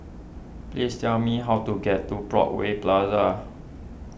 please tell me how to get to Broadway Plaza